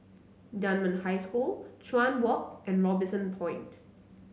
Dunman High School Chuan Walk and Robinson Point